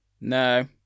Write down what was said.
No